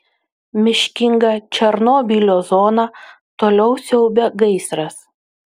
miškingą černobylio zoną toliau siaubia gaisras